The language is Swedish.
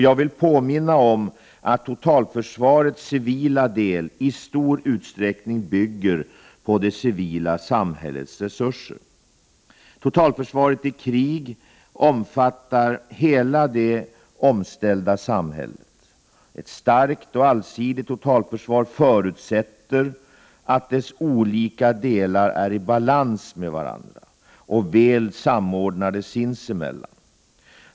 Jag vill påminna om att totalförsvarets civila del i stor utsträckning bygger på det civila samhällets resurser. Totalförsvaret i krig omfattar hela det omställda samhället. Ett starkt och allsidigt totalförsvar förutsätter att dess olika delar är i balans med varandra 35 och väl samordnade sinsemellan.